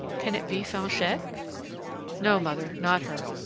can it be fanchette? no, mother, not her.